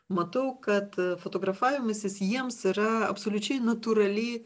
matau kad fotografavimasis jiems yra absoliučiai natūrali